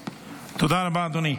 תודה רבה, אדוני.